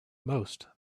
most